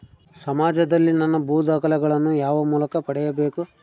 ಸಮಾಜದಲ್ಲಿ ನನ್ನ ಭೂ ದಾಖಲೆಗಳನ್ನು ಯಾವ ಮೂಲಕ ಪಡೆಯಬೇಕು?